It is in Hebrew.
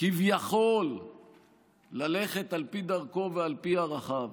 כביכול ללכת על פי דרכו ועל פי ערכיו,